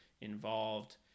involved